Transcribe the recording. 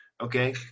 Okay